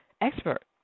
expert